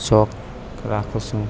શોખ રાખું છું